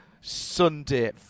Sunday